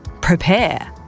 prepare